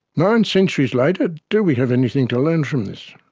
nine centuries later, do we have anything to learn from this?